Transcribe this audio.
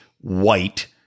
white